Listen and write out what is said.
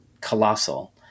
Colossal